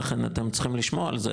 לכן אתם צריכים לשמוע על זה ,